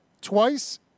twice